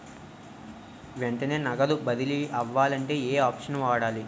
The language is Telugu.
వెంటనే నగదు బదిలీ అవ్వాలంటే ఏంటి ఆప్షన్ వాడాలి?